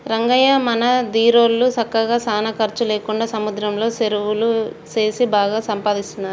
రంగయ్య మన దీరోళ్ళు సక్కగా సానా ఖర్చు లేకుండా సముద్రంలో సెరువులు సేసి బాగా సంపాదిస్తున్నారు